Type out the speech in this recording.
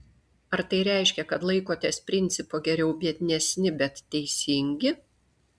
ar tai reiškia kad laikotės principo geriau biednesni bet teisingi